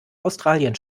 australien